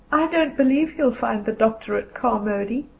i don't believe he'll find the doctor at carmody,